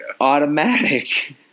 Automatic